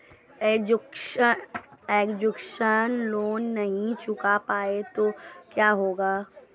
Education loan नहीं चुका पाए तो क्या होगा?